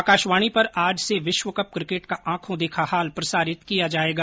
आकाशवाणी पर आज से विश्वकप क्रिकेट का आंखों देखा हाल प्रसारित किया जाएगा